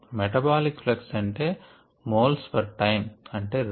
metabolic flux అంటే moles per time అంటే rate